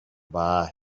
bar